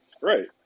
Right